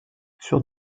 sur